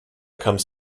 comes